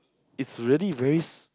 it's really very